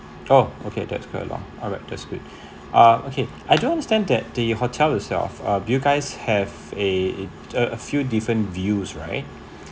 oh okay that's good lah alright that's good uh okay I don't understand that the hotel yourself uh you guys have a a few different views right